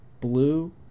blue